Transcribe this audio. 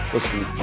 Listen